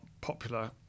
popular